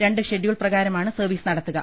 രണ്ട് ഷെഡ്യൂൾ പ്രകാരമാണ് സർവീസ് നടത്തുക